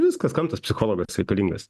viskas kam tas psichologas reikalingas